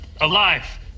alive